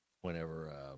whenever